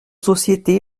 sociétés